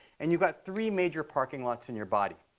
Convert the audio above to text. and you've got three major parking lots in your body.